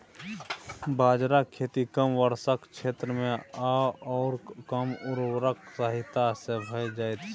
बाजराक खेती कम वर्षाक क्षेत्रमे आओर कम उर्वरकक सहायता सँ भए जाइत छै